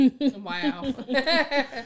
Wow